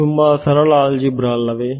ತುಂಬಾ ಸರಳ ಆಲ್ಜಿಬ್ರಾ ಅಲ್ಲವೇ